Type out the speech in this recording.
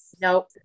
nope